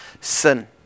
sin